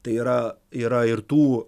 tai yra yra ir tų